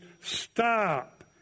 stop